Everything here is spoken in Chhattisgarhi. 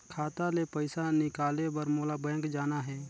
खाता ले पइसा निकाले बर मोला बैंक जाना हे?